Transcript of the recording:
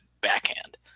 backhand